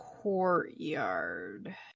Courtyard